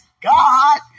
God